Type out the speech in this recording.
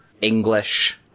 English